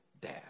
dad